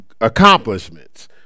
accomplishments